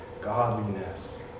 godliness